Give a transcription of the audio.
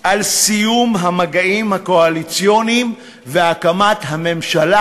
על סיום המגעים הקואליציוניים והקמת הממשלה.